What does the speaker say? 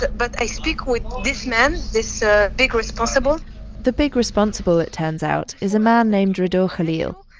but i speak with this man, this ah big responsible the big responsible, it turns out, is a man named redur khalil.